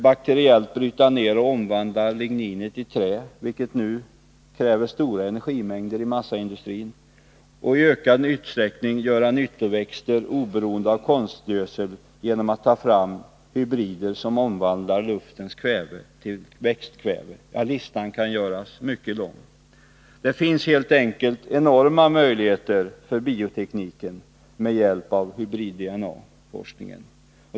Man kan bakteriellt bryta ner och omvandla ligninet i trä, vilket nu kräver stora energimängder i massaindustrin, och man kan i ökad utsträckning göra nyttoväxter oberoende av konstgödsel genom att ta fram hybrider som omvandlar luftkväve till växtkväve. Listan kan göras mycket lång. Det finns helt enkelt enorma möjligheter för biotekniken med hjälp av hybrid-DNA-forskningen.